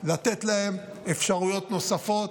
לתת להם אפשרויות נוספות,